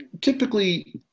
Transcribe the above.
typically